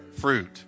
fruit